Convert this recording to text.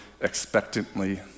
expectantly